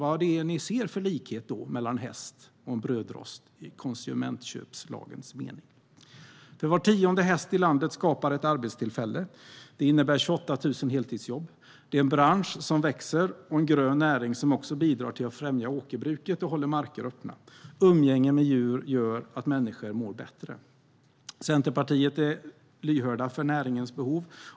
Vad ser ni för likhet mellan en häst och en brödrost i konsumentköplagens mening? Var tionde häst i landet skapar ett arbetstillfälle. Det innebär 28 000 heltidsjobb. Det är en bransch som växer och en grön näring som också bidrar till att främja åkerbruket och som håller marker öppna. Umgänge med djur gör att människor mår bättre. Centerpartiet är lyhört för näringens behov.